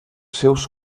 seus